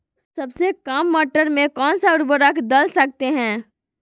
सबसे काम मटर में कौन सा ऊर्वरक दल सकते हैं?